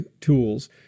tools